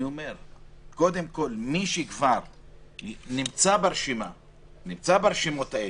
קודם כול מי שכבר נמצא ברשימות האלה,